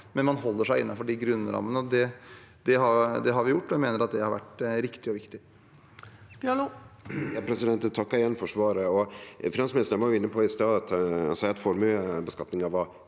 men man holder seg innenfor de grunnrammene. Det har vi gjort, og jeg mener at det har vært riktig og viktig.